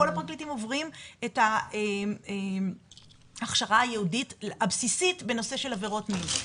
כל הפרקליטים עוברים את ההכשרה הייעודית הבסיסית בנושא של עבירות מין.